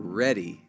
ready